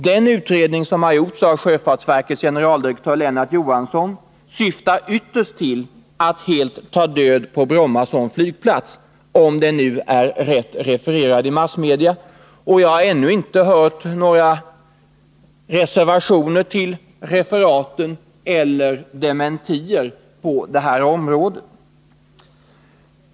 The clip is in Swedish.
Den utredning som har gjorts av sjöfartsverkets f. d. generaldirektör Lennart Johansson syftar ytterst till att helt ta död på Bromma som flygplats — om det nu är rätt refererat i massmedia, men jag har ännu inte hört några reservationer till referaten eller dementier på detta område.